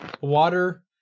water